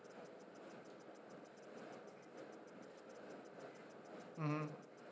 mmhmm